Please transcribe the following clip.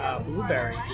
Blueberry